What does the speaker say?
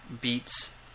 beats